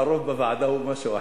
והרוב בוועדה הוא משהו אחר.